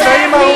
רשעים ארורים.